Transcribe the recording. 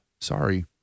sorry